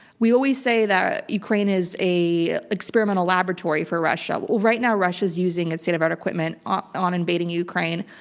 we always say that ukraine is an experimental laboratory for russia. right now, russia is using at state of art equipment on on invading ukraine,